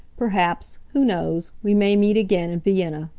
perhaps who knows we may meet again in vienna.